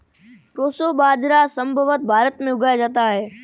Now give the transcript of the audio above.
proso बाजरा संभवत भारत में उगाया जाता है